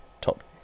top